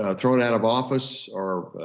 ah thrown out of office or,